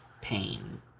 pain